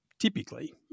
typically